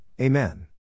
Amen